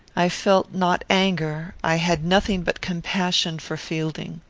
i felt not anger i had nothing but compassion for fielding.